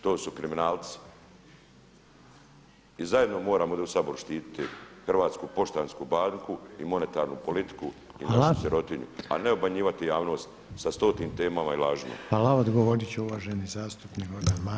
To su kriminalci i zajedno moramo ovdje u Saboru štititi Hrvatsku poštansku banku i monetarnu politiku i našu sirotinju, a ne obmanjivati javnost sa stotim temama i lažima.